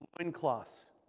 loincloths